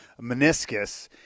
meniscus